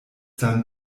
dann